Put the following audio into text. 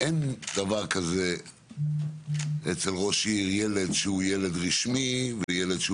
אין דבר כזה אצל ראש עיר ילד שהוא רשמי וילד שהוא